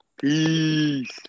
Peace